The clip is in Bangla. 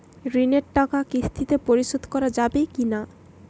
ঋণের টাকা কিস্তিতে পরিশোধ করা যাবে কি না?